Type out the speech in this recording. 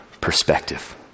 perspective